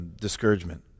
discouragement